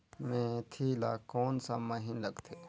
मेंथी ला कोन सा महीन लगथे?